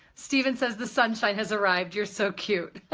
stephen says the sunshine has arrived. you're so cute.